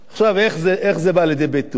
עכשיו, איך זה בא לידי ביטוי?